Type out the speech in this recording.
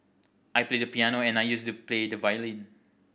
I play the piano and I used to play the violin